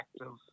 active